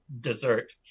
dessert